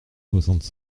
soixante